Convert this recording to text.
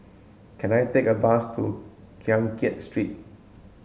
can I take a bus to Keng Kiat Street